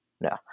No